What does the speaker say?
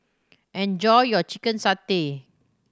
enjoy your chicken satay